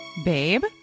Babe